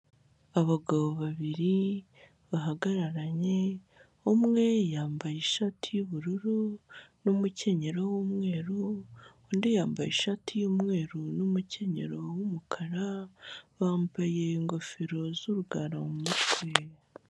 Abagabo babiri bahagararanye umwe yambaye ishati y'ubururu n'umukenyero w'umweru undi yambaye ishati y'umweru n'umukenyero w'umukara bambaye ingofero z'urugara mu mutwe.